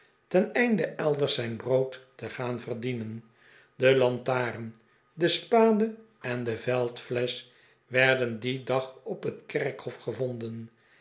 ten einde elders zijn brood te gaan verdienen de lantaren de spade en de veldflesch werden dien dag op het kerkhof gevonden